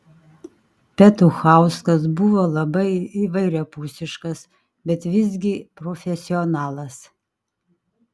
petuchauskas buvo labai įvairiapusiškas bet visgi profesionalas